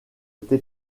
été